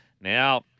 Now